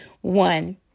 One